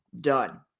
done